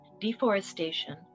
deforestation